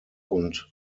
und